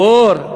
הבור,